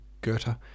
Goethe